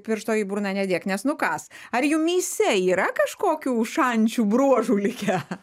pirštą į burną nedėk nes nukąs ar jumyse yra kažkokių šančių bruožų likę